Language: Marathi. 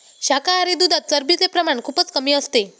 शाकाहारी दुधात चरबीचे प्रमाण खूपच कमी असते